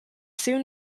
soon